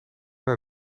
naar